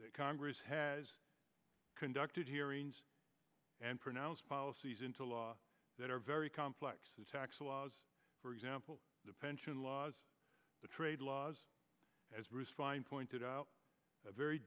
that congress has conducted hearings and pronounced policies into law that are very complex tax laws for example the pension laws the trade laws as bruce fein pointed out a very